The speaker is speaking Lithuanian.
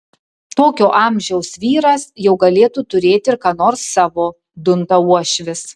tokio amžiaus vyras jau galėtų turėti ir ką nors savo dunda uošvis